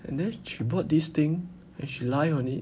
and then she bought this thing then she lie on it